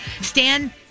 Stan